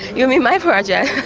you mean my project?